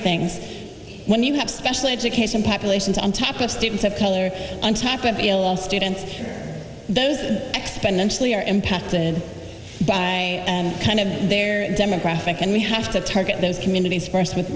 things when you have special education populations on top of students of color and type of deal all students those exponentially are impacted by kind of their demographic and we have to target those communities first with